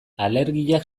alergiak